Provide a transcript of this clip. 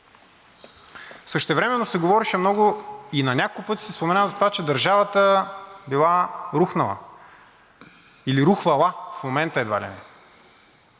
Същевременно се говореше много и на няколко пъти се споменава за това, че държавата била рухнала или рухвала в момента едва ли.